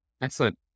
Excellent